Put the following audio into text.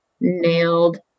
Nailed